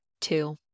two